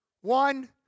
One